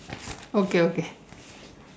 okay okay